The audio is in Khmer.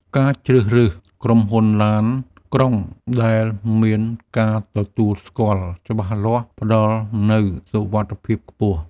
ការជ្រើសរើសក្រុមហ៊ុនឡានក្រុងដែលមានការទទួលស្គាល់ច្បាស់លាស់ ផ្តល់នូវសុវត្ថិភាពខ្ពស់។